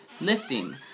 lifting